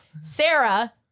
Sarah